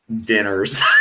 dinners